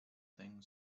thing